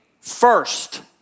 first